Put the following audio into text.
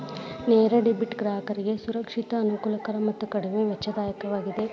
ನೇರ ಡೆಬಿಟ್ ಗ್ರಾಹಕರಿಗೆ ಸುರಕ್ಷಿತ, ಅನುಕೂಲಕರ ಮತ್ತು ಕಡಿಮೆ ವೆಚ್ಚದಾಯಕವಾಗಿದೆ